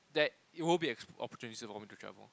there it will be opportunities for me to travel